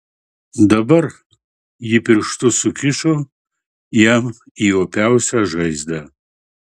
dabar ji pirštus sukišo jam į opiausią žaizdą